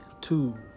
two